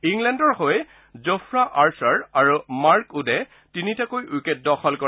ইংলেণ্ডৰ হৈ Jofra Archer আৰু মাৰ্ক উডে তিনিটাকৈ উইকেট দখল কৰে